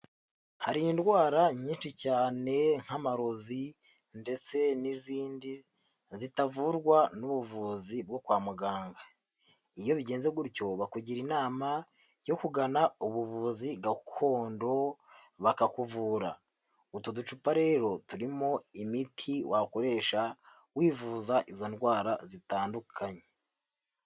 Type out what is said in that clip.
Hari indwara nyinshi cyane nk'amarozi ndetse n'izindi zitavurwa n'ubuvuzi bwo kwa muganga. Iyo bigenze gutyo bakugira inama yo kugana ubuvuzi gakondo bakakuvura utu ducupa rero turimo imiti wakoresha wivuza izo ndwara zitandukanye.